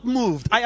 moved